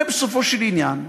הרי בסופו של עניין,